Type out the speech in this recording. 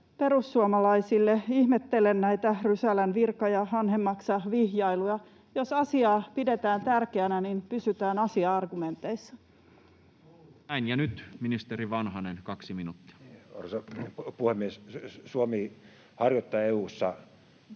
perussuomalaisille: Ihmettelen näitä Rysälän virka- ja hanhenmaksavihjailuja. Jos asiaa pidetään tärkeänä, niin pysytään asia-argumenteissa. [Speech 161] Speaker: Toinen varapuhemies Juho Eerola Party: